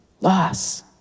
loss